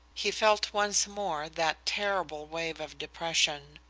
he felt once more that terrible wave of depression,